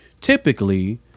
typically